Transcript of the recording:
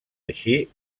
així